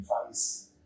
advice